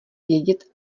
vědět